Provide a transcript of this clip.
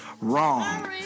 wrong